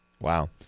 wow